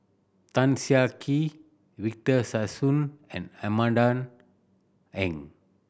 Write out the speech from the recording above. Tan Siah Kwee Victor Sassoon and Amanda Heng